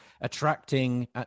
attracting